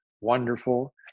wonderful